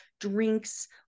drinks